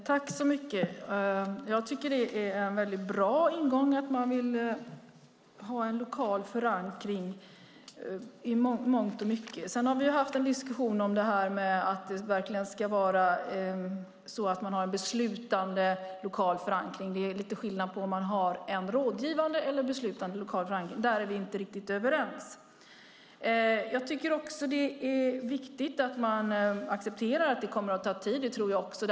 Herr talman! Det är en väldigt bra ingång att man vill ha en lokal förankring i mångt och mycket. Vi har haft en diskussion om det verkligen ska vara så att man har en beslutande lokal förankring. Det är lite skillnad på om man har en rådgivande eller beslutande lokal förankring. Där är vi inte riktigt överens. Det är viktigt att man accepterar att det kommer att ta tid. Det tror också jag.